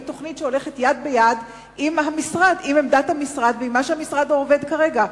היא תוכנית שהולכת יד ביד עם עמדת המשרד ועם מה שהמשרד עובד עליו כרגע.